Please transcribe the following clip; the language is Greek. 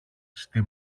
στη